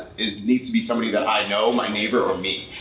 it needs to be somebody that i know, my neighbor or me.